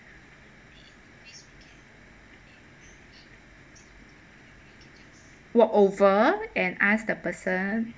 walk over and ask the person